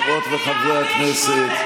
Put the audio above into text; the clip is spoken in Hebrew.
חברות וחברי הכנסת.